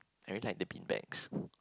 I like the bean bags